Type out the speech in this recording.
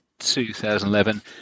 2011